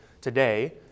today